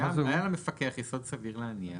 "היה למפקח יסוד סביר להניח